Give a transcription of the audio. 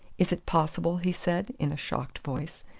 is it possible, he said in a shocked voice,